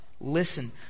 listen